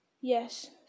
Yes